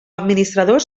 administradors